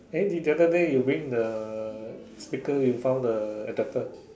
eh the other day you bring the speaker you found the adapter